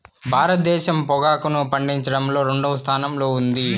భారతదేశం పొగాకును పండించడంలో రెండవ స్థానంలో ఉంది